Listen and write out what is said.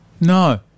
No